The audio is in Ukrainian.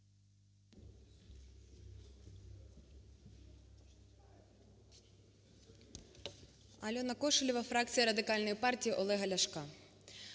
АльонаКошелєва, фракція Радикальної партії Олега Ляшка.